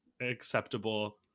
acceptable